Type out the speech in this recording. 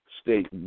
state